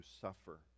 suffer